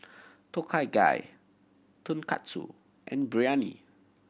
Tom Kha Gai Tonkatsu and Biryani